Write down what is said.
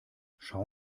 schau